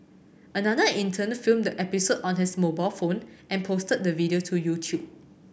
another intern filmed the episode on his mobile phone and posted the video to YouTube